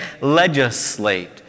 legislate